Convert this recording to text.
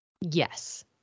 Yes